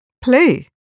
play